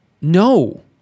no